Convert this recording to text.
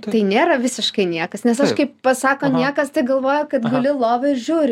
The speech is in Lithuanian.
tai nėra visiškai niekas nes aš kaip pasako niekas tai galvoju kad guli lovoj ir žiūri